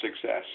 success